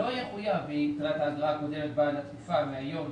לא יחויב ביתרת האגרה הקודמת בעד התקופה מהיום